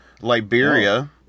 Liberia